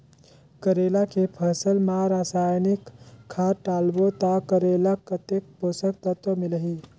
करेला के फसल मा रसायनिक खाद डालबो ता करेला कतेक पोषक तत्व मिलही?